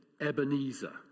Ebenezer